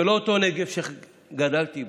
זה לא אותו נגב שגדלתי בו,